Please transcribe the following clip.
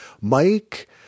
Mike